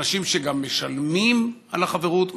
אנשים שגם משלמים על החברות,